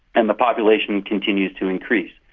and the population continues to increase.